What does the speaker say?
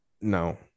no